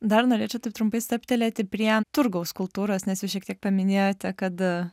dar norėčiau taip trumpai stabtelėti prie turgaus kultūros nes jūs šiek tiek paminėjote kad